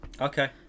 Okay